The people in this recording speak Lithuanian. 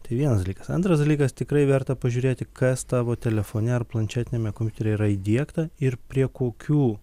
tai vienas dalykas antras dalykas tikrai verta pažiūrėti kas tavo telefone ar planšetiniame kompiuteryje yra įdiegta ir prie kokių